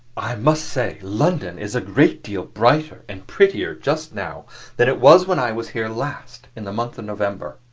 i must say london is a great deal brighter and prettier just now than it was when i was here last in the month of november.